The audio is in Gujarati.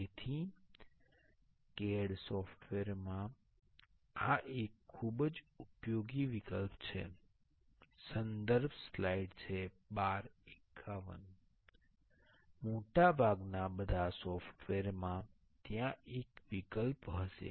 તેથી CAD સોફ્ટવેર માં આ એક ખૂબ જ ઉપયોગી વિકલ્પ છે મોટાભાગના બધા સોફ્ટવેર માં ત્યાં એક વિકલ્પ હશે